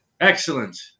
Excellent